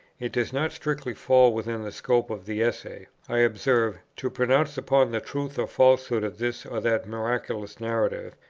it does not strictly fall within the scope of the essay, i observe, to pronounce upon the truth or falsehood of this or that miraculous narrative,